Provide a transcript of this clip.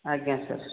ଆଜ୍ଞା ସାର୍